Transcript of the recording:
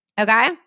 Okay